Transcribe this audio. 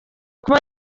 kuba